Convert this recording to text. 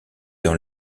dans